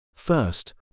First